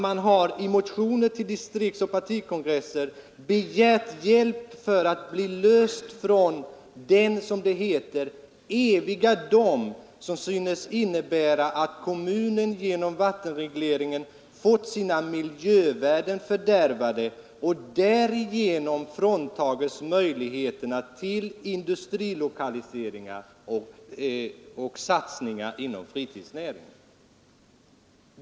Man har i motioner till distriktsoch partikongresser begärt hjälp för att bli löst från den, som det heter, ”eviga dom” som synes innebära att kommunen genom vattenregleringen fått sina milj rden fördärvade och därigenom fråntas möjligheterna till industilokaliseringar och satsningar inom fritidsnäringen.